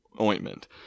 ointment